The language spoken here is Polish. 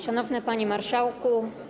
Szanowny Panie Marszałku!